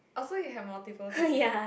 oh so you have multiple c_c_a